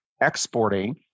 exporting